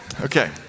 Okay